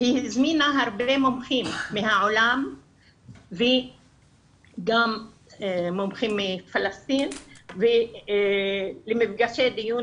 היא הזמינה הרבה מומחים מהעולם וגם מומחים מפלסטין למפגשי דיון